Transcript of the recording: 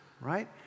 right